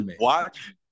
watch